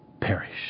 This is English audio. perish